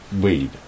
weed